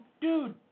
dude